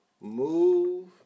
Move